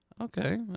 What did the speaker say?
Okay